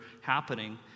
happening